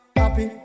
happy